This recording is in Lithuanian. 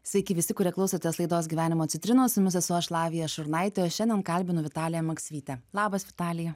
sveiki visi kurie klausotės laidos gyvenimo citrinos su jumis esu aš lavija šurnaitė o šiandien kalbinu vitaliją maksvytę labas vitalija